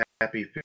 happy